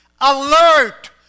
alert